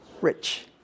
rich